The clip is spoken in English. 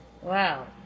Wow